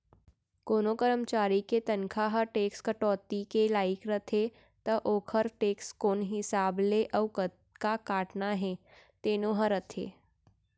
कोनों करमचारी के तनखा ह टेक्स कटौती के लाइक रथे त ओकर टेक्स कोन हिसाब ले अउ कतका काटना हे तेनो ह रथे